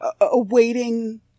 awaiting